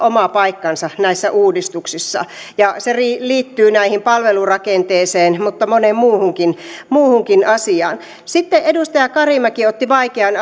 oma paikkansa näissä uudistuksissa ja se liittyy näihin palvelurakenteisiin mutta moneen muuhunkin asiaan sitten edustaja karimäki otti vaikean